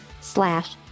slash